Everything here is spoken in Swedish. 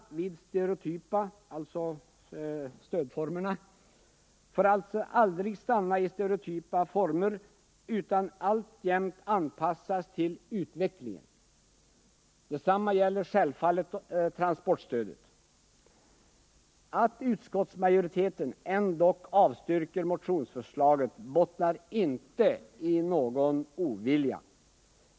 Stödformerna får aldrig stanna i stereotypa former, utan måste ständigt anpassas till utvecklingen. Detsamma gäller självfallet transportstödet. Att utskottsmajoriteten ändock avstyrker motionsförslaget bottnar inte i någon ovilja.